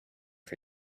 for